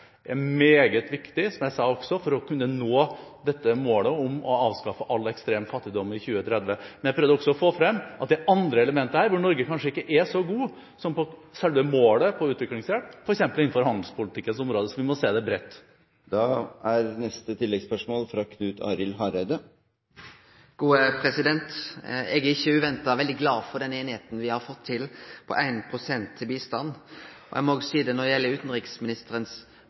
er meget viktig, som jeg også sa, for å kunne nå målet om å avskaffe all ekstrem fattigdom i 2030. Men jeg prøvde også å få frem at det er andre elementer her hvor Norge kanskje ikke er så gode som når det gjelder selve målet for utviklingshjelp, f.eks. innenfor handelspolitikkens område. Så vi må se det bredt. Knut Arild Hareide – til oppfølgingsspørsmål. Eg er, ikkje uventa, veldig glad for den einigheita me har fått til med 1 pst. til bistand. Eg må òg seie at når